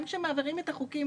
גם כשמעבירים את החוקים,